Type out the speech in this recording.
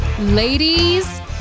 Ladies